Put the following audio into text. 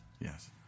Yes